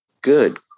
Good